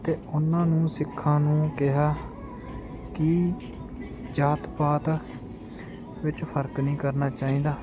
ਅਤੇ ਉਹਨਾਂ ਨੇ ਸਿੱਖਾਂ ਨੂੰ ਕਿਹਾ ਕਿ ਜਾਤ ਪਾਤ ਵਿੱਚ ਫਰਕ ਨਹੀਂ ਕਰਨਾ ਚਾਹੀਦਾ